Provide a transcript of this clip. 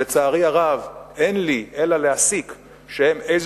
שלצערי הרב אין לי אלא להסיק שהם איזה